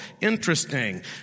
interesting